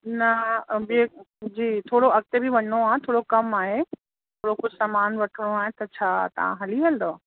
न ॿिए जी थोरो अॻिते बि वञिणो आहे थोरो कम आहे थोरो कुझु सामान वठिणो आहे त छा तव्हां हली हलंदव